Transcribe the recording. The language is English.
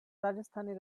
rajasthani